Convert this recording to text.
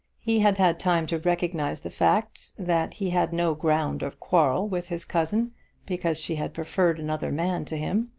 he had had time to recognise the fact that he had no ground of quarrel with his cousin because she had preferred another man to him.